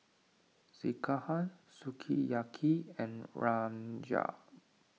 Sekihan Sukiyaki and Rajma